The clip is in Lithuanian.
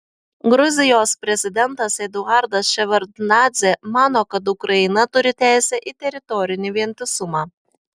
gruzijos prezidentas eduardas ševardnadzė mano kad ukraina turi teisę į teritorinį vientisumą